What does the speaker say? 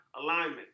alignment